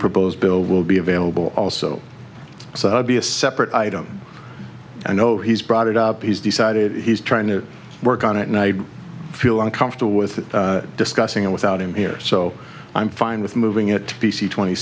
proposed bill will be available also so i'll be a separate item i know he's brought it up he's decided he's trying to work on it and i feel uncomfortable with discussing it without him here so i'm fine with moving it to p c twenty